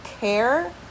care